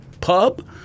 pub